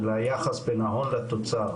של היחס בין ההון לתוצר,